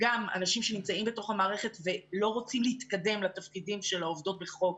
אנשים שנמצאים בתוך המערכת ולא רוצים להתקדם לתפקידים של העובדות בחוק,